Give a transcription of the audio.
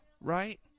Right